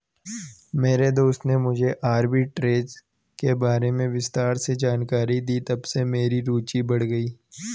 मेरे दोस्त ने मुझे आरबी ट्रेज़ के बारे में विस्तार से जानकारी दी तबसे मेरी रूचि बढ़ गयी